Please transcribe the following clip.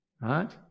right